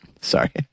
Sorry